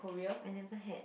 I never had